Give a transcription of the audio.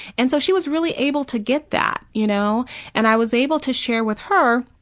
and so she was really able to get that, you know and i was able to share with her,